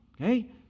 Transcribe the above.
Okay